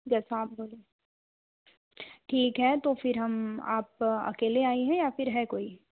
जैसा आप बोलो ठीक है तो फिर हम आप अकेले आई हैं या फिर है कोई